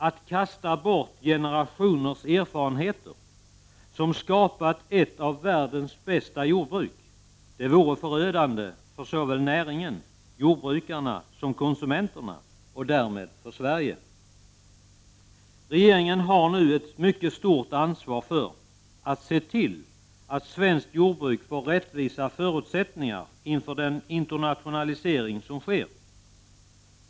Att kasta bort generationers erfarenheter, som skapat ett av världens bästa jordbruk, vore förödande för såväl näringen — för jordbrukarna — som för konsumenterna, och därmed för Sverige. Regeringen har nu ett mycket stort ansvar för att se till att svenskt jordbruk får rättvisa förutsättningar inför den internationalisering som sker.